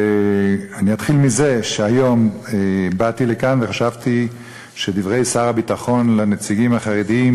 אני אתחיל מזה שהיום באתי לכאן וחשבתי שדברי שר הביטחון לנציגים החרדים,